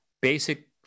basic